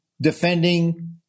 defending